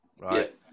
right